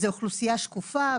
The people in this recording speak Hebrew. זה אוכלוסייה שקופה,